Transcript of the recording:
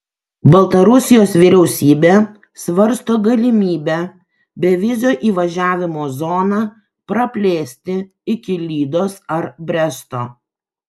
baltarusijos vyriausybė svarsto galimybę bevizio įvažiavimo zoną praplėsti iki lydos ar bresto